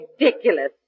ridiculous